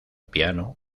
piano